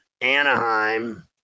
Anaheim